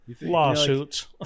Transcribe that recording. lawsuits